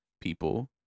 people